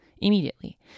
immediately